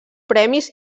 premis